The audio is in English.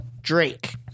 Drake